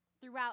throughout